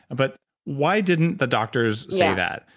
and but why didn't the doctors say that?